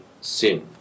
sin